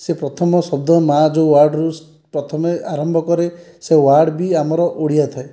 ସେ ପ୍ରଥମ ଶବ୍ଦ ମା' ଯେଉଁ ୱାର୍ଡ଼୍ରୁ ପ୍ରଥମେ ଆରମ୍ଭ କରେ ସେ ୱାର୍ଡ଼୍ ବି ଆମର ଓଡ଼ିଆ ଥାଏ